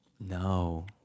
No